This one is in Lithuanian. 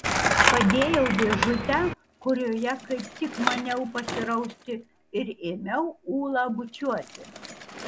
padėjau dėžutę kurioje kaip tik maniau pasirausti ir ėmiau ulą bučiuoti